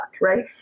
right